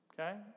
Okay